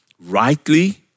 Rightly